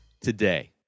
today